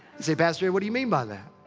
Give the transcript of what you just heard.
say, pastor ed, what do you mean by that?